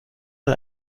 mal